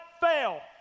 fail